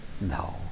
No